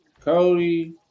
Cody